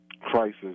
crisis